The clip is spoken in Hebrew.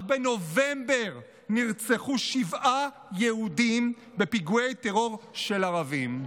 רק בנובמבר נרצחו שבעה יהודים בפיגועי טרור של ערבים,